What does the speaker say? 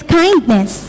kindness